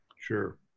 sure